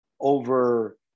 over